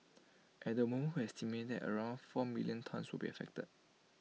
at the moment we estimate that around four million tonnes will be affected